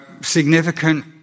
significant